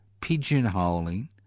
pigeonholing